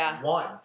one